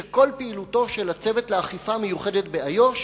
שכל פעילותו של הצוות לאכיפה מיוחדת באיו"ש